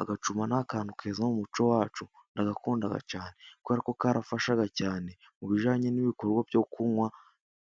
Agacuma ni akantu keza mu muco wacu ndagakunda cyane, kubera ko karafashaga cyane, mu bijyanye n'ibikorwa byo kunywa,